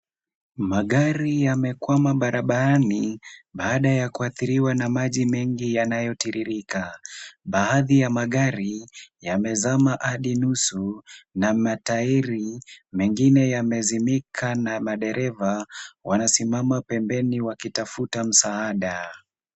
Magari yamekwama barabarani baada ya kuathiriwa na maji mengi yanayotiririka. Baadhi ya magari yamezama hadi nusu na matairi mengine yamezimika na madereva wanasimama pembeni wakitafuta msaada.